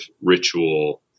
ritual